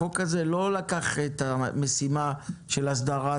החוק הזה לא לקח את המשימה של הסדרת